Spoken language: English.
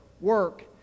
work